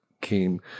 came